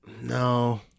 No